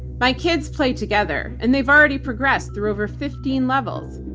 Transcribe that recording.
my kids play together and they've already progressed through over fifteen levels.